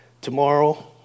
tomorrow